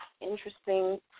interesting